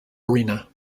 arena